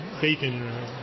bacon